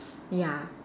ya